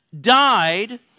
died